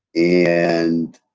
and,